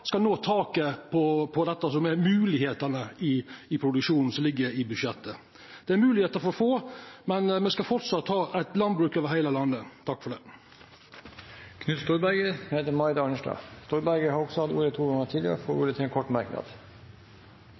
skal nå taket – det som er moglegheitene i produksjonen – som ligg i budsjettet. Dette er moglegheiter for få, men me skal framleis ha eit landbruk over heile landet. Representanten Knut Storberget har hatt ordet to ganger tidligere og får ordet til en kort merknad,